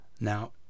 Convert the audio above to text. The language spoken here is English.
now